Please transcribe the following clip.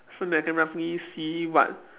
so that I can roughly see what